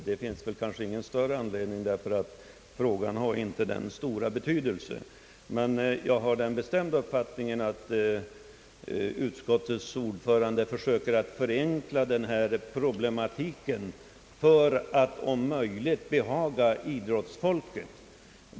Det finns väl ingen större anledning att fortsätta debatten, eftersom denna fråga inte är av samma stora betydelse, men jag har den bestämda uppfattningen att utskottets ordförande försöker att förenkla problematiken för att om möjligt behaga idrottsfolket.